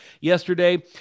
yesterday